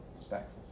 Specs